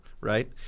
right